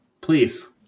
Please